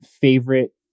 favorite